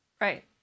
Right